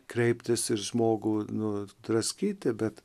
kreiptis į žmogų nu draskyti bet